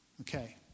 Okay